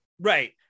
Right